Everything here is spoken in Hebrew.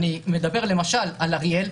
אני מדבר למשל על אריאל,